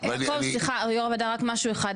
סליחה יו"ר הוועדה רק משהו אחד,